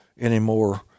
anymore